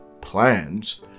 plans